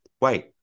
wait